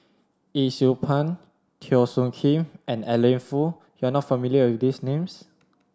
Yee Siew Pun Teo Soon Kim and Adeline Foo you are not familiar with these names